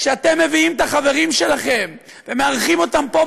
כשאתם מביאים את החברים שלכם ומארחים אותם פה,